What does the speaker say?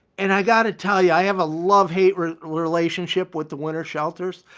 and i gotta tell you, i have a love-hate relationship with the winter shelters.